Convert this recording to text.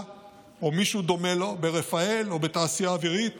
או מישהו דומה לו ברפאל או בתעשייה האווירית